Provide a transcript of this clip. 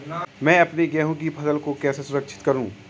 मैं अपनी गेहूँ की फसल को कैसे सुरक्षित करूँ?